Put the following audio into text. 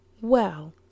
Well